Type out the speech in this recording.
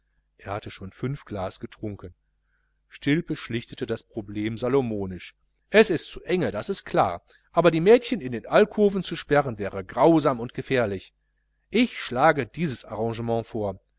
er hatte schon fünf glas getrunken stilpe schlichtete das problem salomonisch es ist zu enge das ist klar aber die mädchen in den alkoven zu sperren wäre grausam und gefährlich ich schlage dies arrangement vor